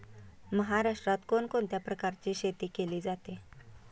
महाराष्ट्रात कोण कोणत्या प्रकारची शेती केली जाते?